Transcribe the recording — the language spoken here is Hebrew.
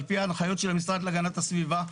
ע"פ ההנחיות של המשרד להגנת הסביבה,